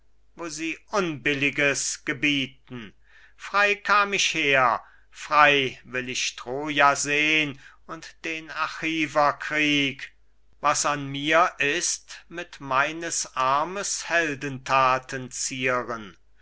wo sie unbilliges gebieten frei kam ich her frei will ich troja sehn und den achiverkrieg was an mir ist mit meines armes heldenthaten zieren